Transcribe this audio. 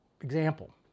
example